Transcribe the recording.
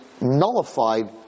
nullified